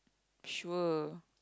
sure